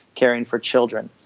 caring for children.